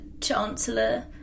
Chancellor